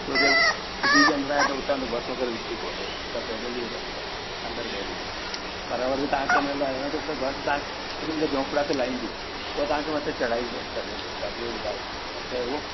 छोजो सिटी जे अंदिरां आहे त उतां त बस वगै़रह वेंदी कोन्ह उतां त पैदल जो ई रस्तो आहे अडाजन मां पर वरी तव्हांखे न लहिणो आहे छो की बस तव्हांखे झोपड़े ते लाईंदी पोइ तव्हांखे मथे चढ़ाई करिणी पवंदव ॿियो ॿुधायो मथे हूअ